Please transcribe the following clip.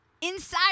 inside